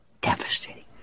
devastating